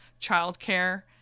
childcare